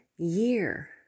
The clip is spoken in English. year